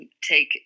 take